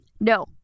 No